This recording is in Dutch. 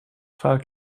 vaak